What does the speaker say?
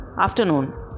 afternoon